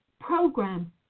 program